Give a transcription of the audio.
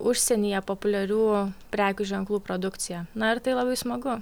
užsienyje populiarių prekių ženklų produkcija na ir tai labai smagu